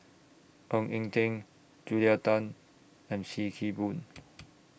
Ng Eng Teng Julia Tan and SIM Kee Boon